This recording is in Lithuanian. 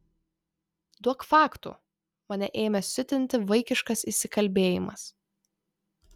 duok faktų mane ėmė siutinti vaikiškas įsikalbėjimas